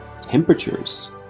temperatures